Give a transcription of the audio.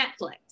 Netflix